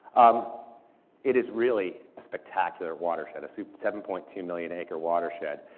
um it is really a spectacular watershed, a so seven point two million acre watershed.